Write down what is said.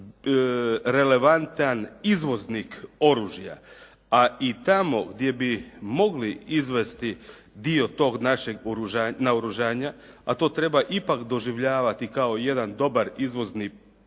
relevantan izvoznik oružja, a i tamo gdje bi mogli izvesti dio tog našeg naoružanja, a to treba ipak doživljavati kao jedan dobar izvozni pokušaj